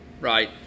Right